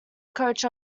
coach